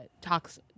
talks